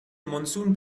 monsoon